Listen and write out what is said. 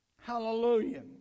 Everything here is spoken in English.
Hallelujah